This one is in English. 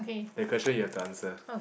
the question you have to answer